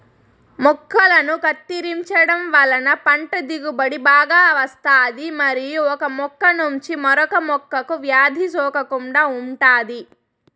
మొక్కలను కత్తిరించడం వలన పంట దిగుబడి బాగా వస్తాది మరియు ఒక మొక్క నుంచి మరొక మొక్కకు వ్యాధి సోకకుండా ఉంటాది